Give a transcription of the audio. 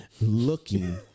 looking